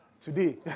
today